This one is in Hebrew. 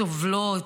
סובלות,